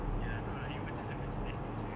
ya no lah he was just a very nice teacher